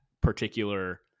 particular